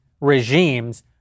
Regimes